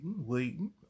waiting